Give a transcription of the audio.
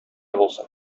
булсын